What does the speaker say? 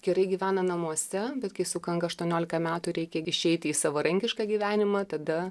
gerai gyvena namuose bet kai sukanka aštuoniolika metų reikia išeiti į savarankišką gyvenimą tada